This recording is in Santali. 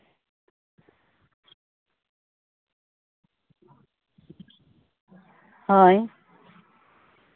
ᱦᱳᱭ